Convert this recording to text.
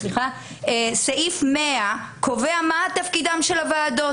סעיף 100 קובע מה תפקידן של הוועדות.